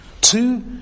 Two